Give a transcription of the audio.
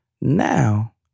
Now